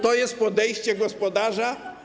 To jest podejście gospodarza?